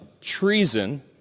treason